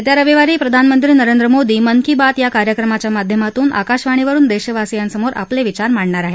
येत्या रविवारी प्रधानमंत्री नरेंद्र मोदी मन की बात या कार्यक्रमाच्या माध्यमातून आकाशवाणीवरून देशवासीयांसमोर आपले विचार मांडणार आहेत